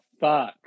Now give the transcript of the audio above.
fuck